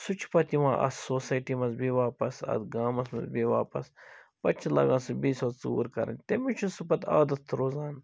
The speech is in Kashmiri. سُہ چھُ پَتہٕ یِوان اَتھ سوسایٹی مَنٛز بیٚیہِ واپس اتھ گامَس مَنٛز بیٚیہِ واپَس پَتہٕ چھُ لاگان سُہ بیٚیہِ سۄ ژوٗر کَرٕنۍ تٔمِس چھُ سُہ پَتہٕ عادت روزان